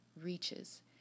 reaches